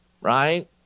right